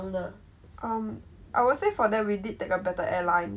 um I will say for that we did take a better airline